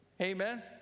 Amen